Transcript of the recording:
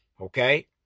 okay